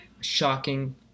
shocking